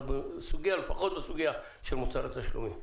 לפחות בסוגיה של משרד התשלומים,